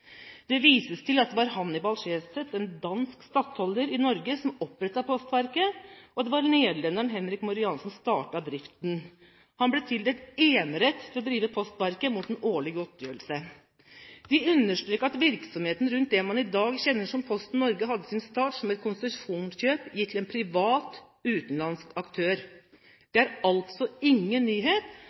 Det vises til at det var Hannibal Sehested, en dansk stattholder i Norge, som opprettet Postverket, og at det var nederlenderen Henrik Morian som startet driften. Han ble tildelt enerett til å drive Postverket mot en årlig godtgjørelse. De understreker: virksomheten rundt det man i dag kjenner som Posten Norge, hadde sin start som et konsesjonskjøp gitt til en privat, utenlandsk aktør. Det er altså ingen nyhet